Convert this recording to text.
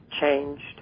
changed